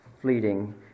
fleeting